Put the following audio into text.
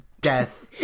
death